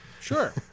Sure